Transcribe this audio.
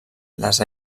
les